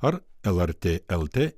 ar lrt lt